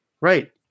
Right